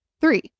Three